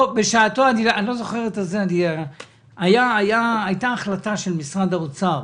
--- בשעתו הייתה החלטה של משרד האוצר